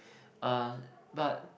uh but